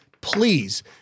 please